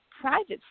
private